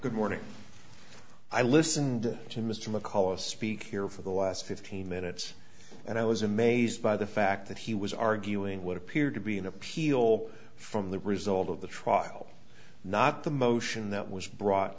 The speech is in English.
good morning i listened to mr mccullough speak here for the last fifteen minutes and i was amazed by the fact that he was arguing what appeared to be an appeal from the result of the trial not the motion that was brought